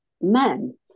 men